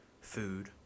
food